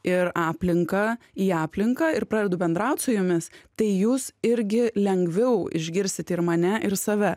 ir aplinką į aplinką ir pradedu bendraut su jumis tai jūs irgi lengviau išgirsit ir mane ir save